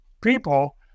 people